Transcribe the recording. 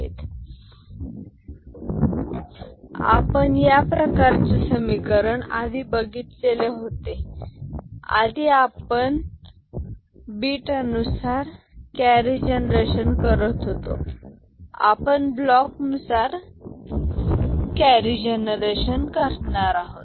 C3 G3 0 P3 0C 1 आपण या प्रकारचे समीकरण आधी बघितलेले होते आधी आपण बीट अनुसार कॅरी जनरेशन करत होतो आता आपण ब्लॉक नुसार कॅरी जनरेशन करणार आहोत